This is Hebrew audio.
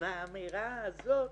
והאמירה הזאת